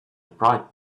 bright